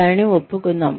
దానిని ఒప్పుకుందాం